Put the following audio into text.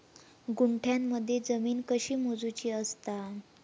गुंठयामध्ये जमीन कशी मोजूची असता?